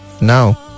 now